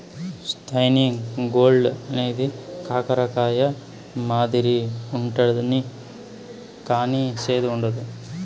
spiny gourd అనేది కాకర కాయ మాదిరి ఉంటది కానీ సేదు ఉండదు